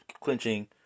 clinching